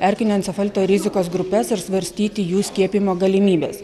erkinio encefalito rizikos grupes ir svarstyti jų skiepijimo galimybes